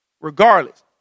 Regardless